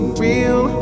real